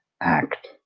act